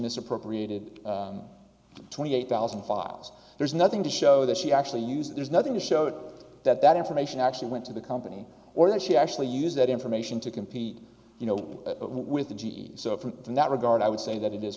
misappropriated twenty eight thousand files there's nothing to show that she actually used there's nothing to show that that information actually went to the company or that she actually use that information to compete you know with the g e so from that regard i would say that it is